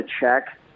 check